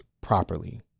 properly